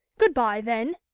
good-bye, then.